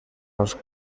als